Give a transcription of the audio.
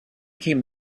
came